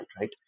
right